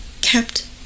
kept